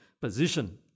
position